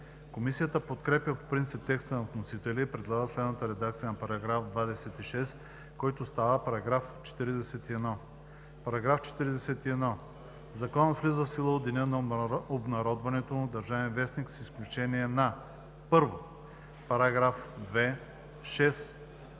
Комисията подкрепя по принцип текста на вносителя и предлага следната редакция на § 26, който става § 41: „§ 41. Законът влиза в сила от деня на обнародването му в „Държавен вестник“, с изключение на: 1. параграфи 2, 6,